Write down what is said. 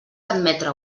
admetre